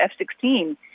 F-16